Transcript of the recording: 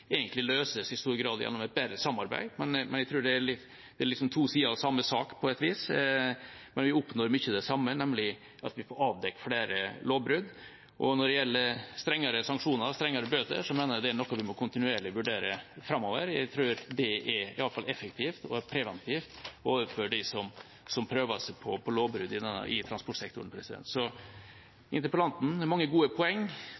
egentlig i stor grad løses gjennom et bedre samarbeid. Jeg tror det er to sider av samme sak, på et vis. Man oppnår mye av det samme, nemlig at vi får avdekket flere lovbrudd. Når det gjelder strengere sanksjoner og bøter, mener jeg det er noe vi kontinuerlig må vurdere framover. Jeg tror det iallfall er effektivt og preventivt overfor dem som prøver seg på lovbrudd i transportsektoren. Interpellanten har mange gode poeng.